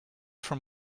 from